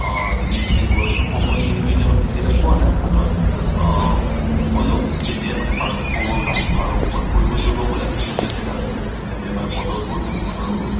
দিনে দিনে গৈ আছোঁ সময় যিহেতু এতিয়া মই বেছি এটা পোৱা নাই হাতত হ'লেও যেতিয়া মানে পাৰো সময় উলিয়াও আৰু ক'ৰবাত ফুৰিব চুৰিব গ'লে ধুনীয়া জেগাত তেন্তে মই ফ'টোজবোৰ তোলো আৰু